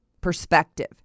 Perspective